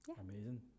Amazing